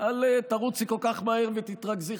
אל תרוצי כל כך מהר ותתרגזי,